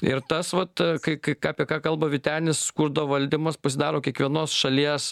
ir tas vat kai kai ką apie ką kalba vytenis skurdo valdymas pasidaro kiekvienos šalies